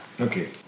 Okay